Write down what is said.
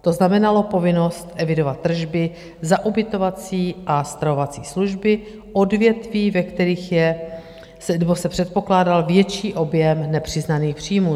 To znamenalo povinnost evidovat tržby za ubytovací a stravovací služby, odvětví, ve kterých se předpokládal větší objem nepřiznaných příjmů.